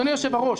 אדוני יושב-הראש,